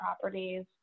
properties